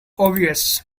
obvious